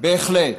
בהחלט.